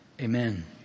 Amen